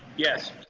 yes.